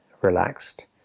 relaxed